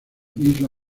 isla